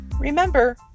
Remember